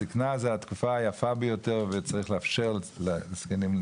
הזקנה זה התקופה היפה ביותר וצריך לאפשר לזקנים,